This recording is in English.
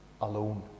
alone